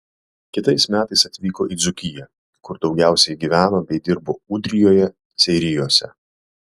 kitais metais atvyko į dzūkiją kur daugiausiai gyveno bei dirbo ūdrijoje seirijuose